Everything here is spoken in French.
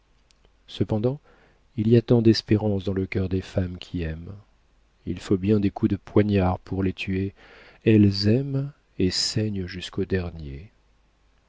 cependant il y a tant d'espérances dans le cœur des femmes qui aiment il faut bien des coups de poignard pour les tuer elles aiment et saignent jusqu'au dernier